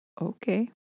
Okay